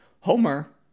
Homer